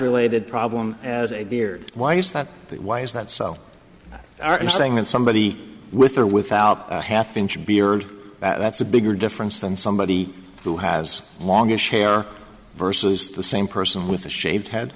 related problem as a beard why is that why is that so are you saying that somebody with or without a half inch beard that's a bigger difference than somebody who has longish hair versus the same person with a shaved head